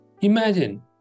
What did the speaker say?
imagine